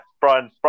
Brian